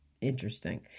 Interesting